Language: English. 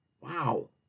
Wow